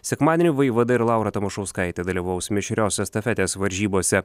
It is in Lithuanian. sekmadienį vaivada ir laura tamašauskaitė dalyvaus mišrios estafetės varžybose